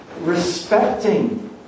respecting